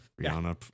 Rihanna